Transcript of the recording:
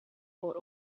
bought